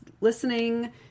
listening